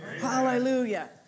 Hallelujah